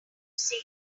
see